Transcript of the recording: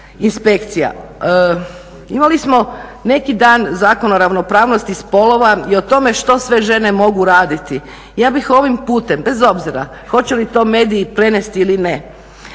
inspekcija. Imali smo neki dan Zakon o ravnopravnosti spolova i o tome što sve žene mogu raditi. Ja bih ovim putem bez obzira hoće li to mediji prenesti ili ne,